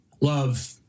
Love